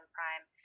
Prime